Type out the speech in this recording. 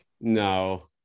no